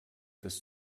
des